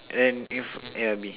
and then is A or B